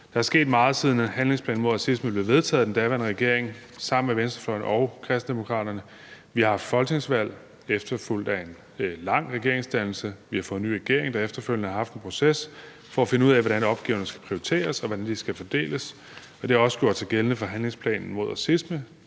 Der er sket meget, siden handlingsplanen mod racisme blev vedtaget af den daværende regering sammen med venstrefløjen og Kristendemokraterne. Vi har haft et folketingsvalg efterfulgt af en lang regeringsdannelse. Vi har fået en ny regering, der efterfølgende har haft en proces for at finde ud af, hvordan opgaverne skal prioriteres, og hvordan de skal fordeles. Det har også gjort sig gældende for handlingsplanen mod racisme,